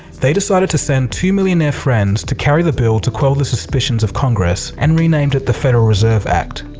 they decided to send two millionaire friends to carry the bill to quell the suspicions of congress and renamed it the federal reserve act.